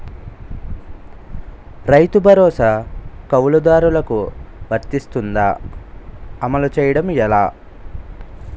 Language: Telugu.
రైతు భరోసా కవులుదారులకు వర్తిస్తుందా? అమలు చేయడం ఎలా